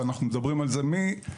ואנחנו מדברים על זה מההקמה,